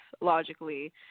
logically